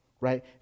right